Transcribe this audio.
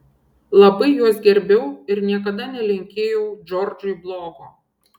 labai juos gerbiau ir niekada nelinkėjau džordžui blogo